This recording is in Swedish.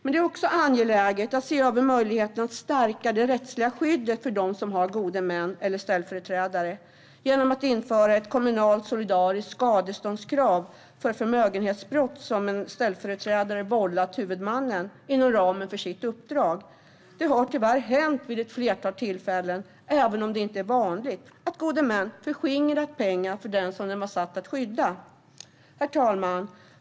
Det är dock även angeläget att se över möjligheten att stärka det rättsliga skyddet för dem som har gode män eller ställföreträdare genom att införa ett kommunalt solidariskt skadeståndskrav för förmögenhetsbrott som en ställföreträdare har begått mot huvudmannen inom ramen för sitt uppdrag. Det har tyvärr hänt vid ett flertal tillfällen, även om det inte är vanligt, att gode män har förskingrat pengar för dem de varit satta att skydda. Herr talman!